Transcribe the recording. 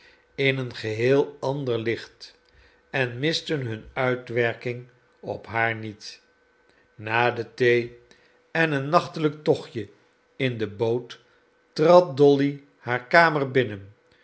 in een geheel ander licht en misten hun uitwerking op haar niet na de thee en een nachtelijk tochtje in de boot trad dolly haar kamer binnen